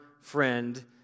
friend